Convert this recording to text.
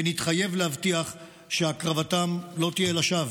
ונתחייב להבטיח שהקרבתם לא תהיה לשווא.